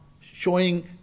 showing